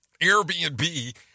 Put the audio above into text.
Airbnb